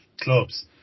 clubs